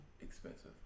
expensive